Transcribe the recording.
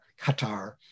Qatar